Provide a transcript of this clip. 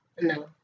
No